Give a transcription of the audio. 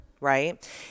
right